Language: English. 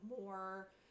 more